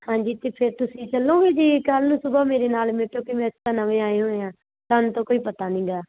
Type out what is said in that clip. ਹਾਂਜੀ ਅਤੇ ਫਿਰ ਤੁਸੀਂ ਚੱਲੋਂਗੇ ਜੀ ਕੱਲ੍ਹ ਨੂੰ ਸੁਬਹਾ ਮੇਰੇ ਨਾਲ ਮੇਰੇ ਤੋਂ ਕਿ ਅਸੀਂ ਤਾਂ ਨਵੇਂ ਆਏ ਹੋਏ ਹਾਂ ਸਾਨੂੰ ਤਾਂ ਕੋਈ ਪਤਾ ਨੀਗਾ